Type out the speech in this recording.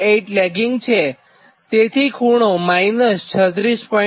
8 લેગિંગ છે તેથી ખૂણો 36